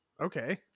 okay